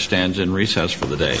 stands in recess for the day